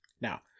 Now